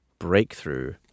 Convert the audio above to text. Breakthrough